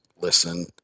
listen